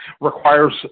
requires